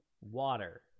water